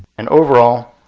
and overall,